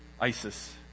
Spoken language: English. ISIS